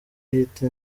ihita